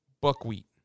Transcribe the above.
buckwheat